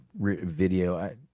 video